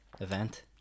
event